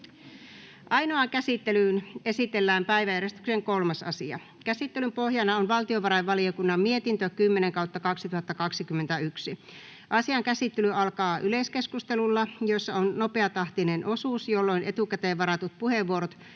Ainoaan käsittelyyn esitellään päiväjärjestyksen 3. asia. Käsittelyn pohjana on valtiovarainvaliokunnan mietintö VaVM 10/2021 vp. Asian käsittely alkaa yleiskeskustelulla, jossa on nopeatahtinen osuus, jolloin etukäteen varatut puheenvuorot